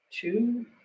two